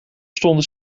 stonden